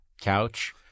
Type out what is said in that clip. couch